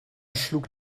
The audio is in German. schlug